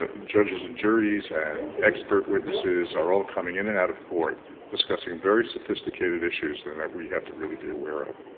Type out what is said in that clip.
ah judges and juries and expert witnesses are all coming in and out of court discussing very sophisticated issues than and that we have to really be aware of